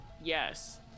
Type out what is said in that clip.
yes